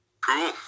Cool